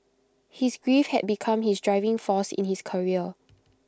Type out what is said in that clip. his grief had become his driving force in his career